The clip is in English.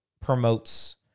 promotes